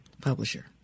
publisher